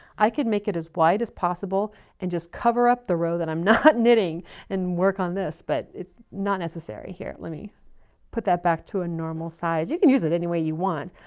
i could make it as wide as possible and just cover up the row that i'm not knitting and work on this, but not necessary here. let me put that back to a normal size. you can use it any way you want,